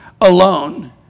alone